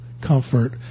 comfort